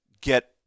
get